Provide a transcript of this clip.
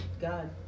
God